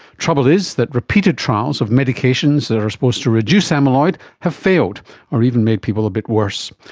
trouble is that repeated trials of medications that are supposed to reduce amyloid have failed or even made people a bit worse.